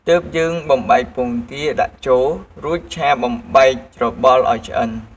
ទើបយើង បំបែកពងទាដាក់ចូល រួចឆាបំបែកច្របល់ឱ្យឆ្អិន។